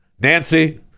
Nancy